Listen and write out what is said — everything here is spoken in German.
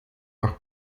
nach